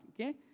Okay